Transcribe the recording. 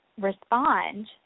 respond